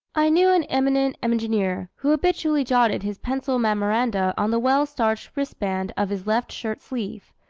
i knew an eminent engineer who habitually jotted his pencil memoranda on the well-starched wristband of his left shirt-sleeve,